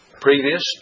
previous